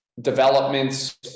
developments